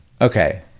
okay